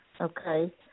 okay